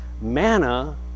manna